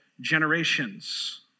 generations